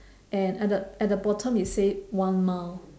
and at the at the bottom it say one mile